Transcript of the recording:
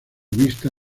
vista